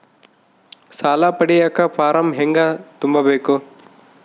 ಸಾಲ ಪಡಿಯಕ ಫಾರಂ ಹೆಂಗ ತುಂಬಬೇಕು?